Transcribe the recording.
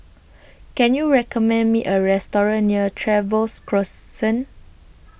Can YOU recommend Me A Restaurant near Trevose Crescent